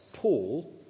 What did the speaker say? Paul